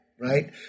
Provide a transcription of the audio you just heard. right